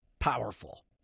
powerful